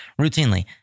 routinely